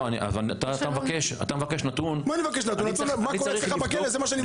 אתה מבקש נתון --- אני מבקש נתון על מה שיש אצלך בכלא.